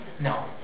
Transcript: No